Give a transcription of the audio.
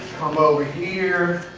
um over here.